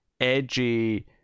edgy